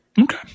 Okay